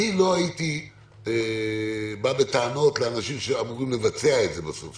לא הייתי בא בטענות לאנשים שאמורים לבצע את זה בסוף.